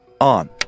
On